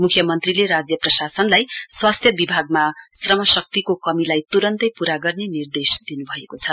मुख्यमन्त्रीले राज्य प्रशासनलाई स्वास्थ्य विभागमा श्रमशक्तिको कमीलाई तुरन्तै पूरा गर्ने निर्देश दिनुभएको छ